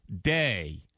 day